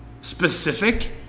Specific